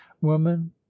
woman